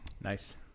nice